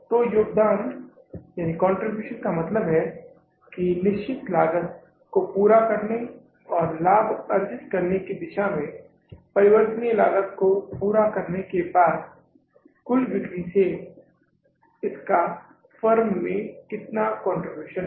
तो योगदानकंट्रीब्यूशन का मतलब है कि निश्चित लागत को पूरा करने और लाभ अर्जित करने की दिशा में परिवर्तनीय लागत को पूरा करने के बाद कुल बिक्री से इसका फर्म में कितना कंट्रीब्यूशन है